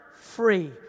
free